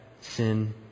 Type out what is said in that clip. sin